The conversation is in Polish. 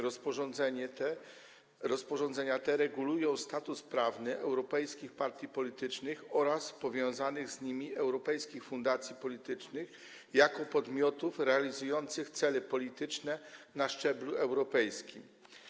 Rozporządzenia te regulują status prawny europejskich partii politycznych oraz powiązanych z nimi europejskich fundacji politycznych jako podmiotów realizujących cele polityczne na szczeblu europejskim.